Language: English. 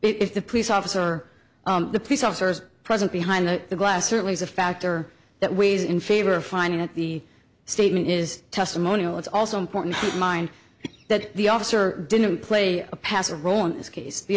if the police officer the police officers present behind the glass certainly is a factor that weighs in favor of finding out the statement is testimonial it's also important to mind that the officer didn't play a passive role in this case the